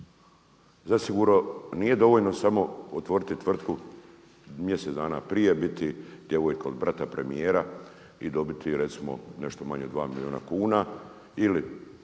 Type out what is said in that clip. Zasigurno nije dovoljno samo otvoriti tvrtku mjesec dana prije, biti djevojka od brata premijera i dobiti recimo nešto manje od 2 milijuna kuna ili